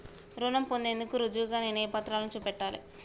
రుణం పొందేందుకు రుజువుగా నేను ఏ పత్రాలను చూపెట్టాలె?